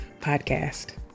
podcast